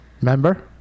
Remember